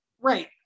right